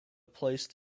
placed